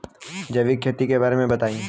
जैविक खेती के बारे में बताइ